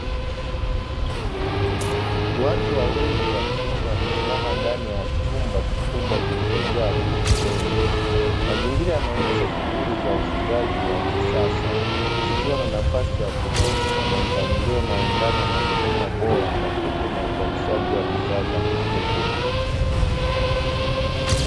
Watu wawili wa kiume wamesimama ndani ya chumba kikubwa kilichojaa kuku wengi. Mazingira yanaonyesha shughuli za ufugaji wa kisasa zikiwa na nafasi ya kutosha, na mpangilio unaoendana na huduma bora kwa kuku na uzalishaji wa bidhaa za mifugo.